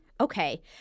Okay